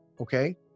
Okay